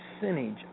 percentage